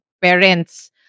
parents